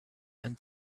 and